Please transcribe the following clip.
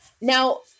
Now